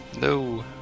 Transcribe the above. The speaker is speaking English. No